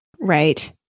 Right